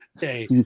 Hey